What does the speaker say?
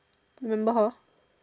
remember her